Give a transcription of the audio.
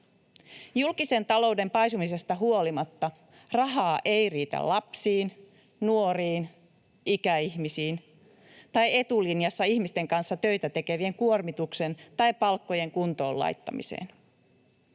Julkisen talouden paisumisesta huolimatta rahaa ei riitä lapsiin, nuoriin, ikäihmisiin tai etulinjassa ihmisten kanssa töitä tekevien kuormituksen tai palkkojen kuntoon laittamiseen.